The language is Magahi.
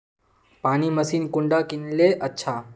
पानी मशीन कुंडा किनले अच्छा?